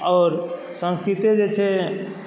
आओर संस्कृते जे छै